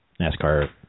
NASCAR